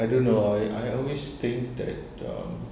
I don't know I always think that um